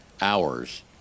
hours